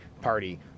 Party